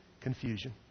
confusion